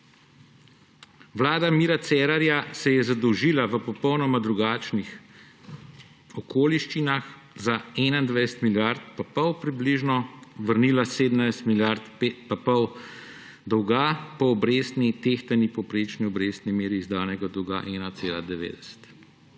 Vlada Mira Cerarja se je zadolžila v popolnoma drugačnih okoliščinah za približno 21 milijard in pol, vrnila 17 milijard in pol dolga po tehtani povprečni obrestni meri izdanega dolga 1,90.